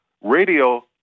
radio